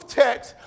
text